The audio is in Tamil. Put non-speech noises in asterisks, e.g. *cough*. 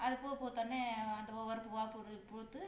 அது பூ பூத்தவுடனே *unintelligible* ஒவ்வொரு பூவா *unintelligible* பூத்து